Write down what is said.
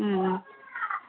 হুম